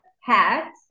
hat